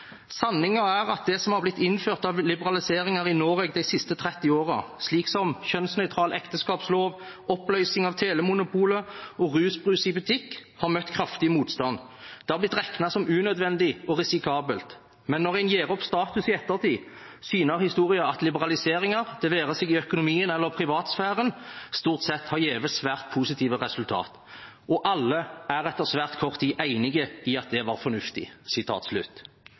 «Sanninga er at det som har blitt innført av liberaliseringar i Noreg dei siste 30 åra, slik som kjønnsnøytral ekteskapslov, oppløysing av telemonopolet og rusbrus i butikk, har møtt kraftig motstand. Det har blitt rekna som unødvendig og risikabelt. Men når ein gjer opp status i ettertid, syner historia at liberaliseringar, det vere seg i økonomien eller privatsfæren, stort sett har gjeve svært positive resultat. Og «alle» er etter svært kort tid einige om at det var fornuftig.»